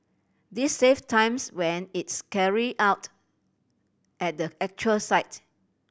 this save times when it's carried out at the actual site